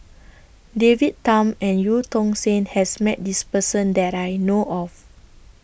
David Tham and EU Tong Sen has Met This Person that I know of